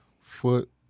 foot